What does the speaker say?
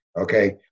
Okay